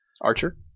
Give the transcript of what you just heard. Archer